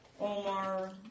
Omar